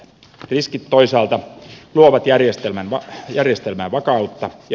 riskit toisaalta luovat järjestelmään vakautta ja varovaisuutta